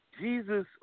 Jesus